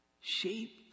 Shape